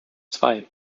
zwei